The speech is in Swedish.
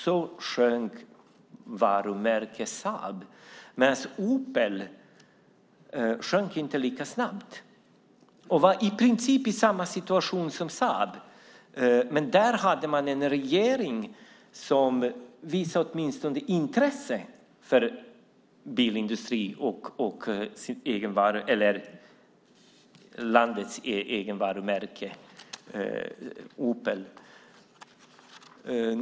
Så sjönk varumärket Saab medan varumärket Opel inte sjönk lika snabbt. Opel var i princip i samma situation som Saab, men man hade en regering som visade intresse för bilindustrin och det egna varumärket Opel.